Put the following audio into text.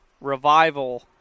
Revival